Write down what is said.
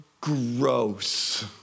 gross